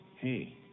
Hey